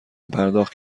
پرداخت